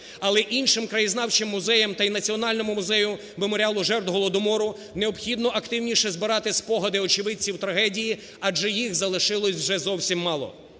Але іншим краєзнавчим музеям та і Національному музею "Меморіалу жертв Голодомору" необхідно активніше збирати спогади очевидців трагедії, адже їх залишилося вже зовсім мало.